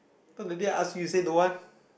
cause that day I asked you you said don't want